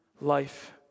life